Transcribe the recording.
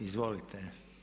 Izvolite.